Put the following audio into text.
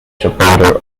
supporter